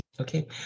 Okay